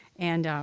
and, um.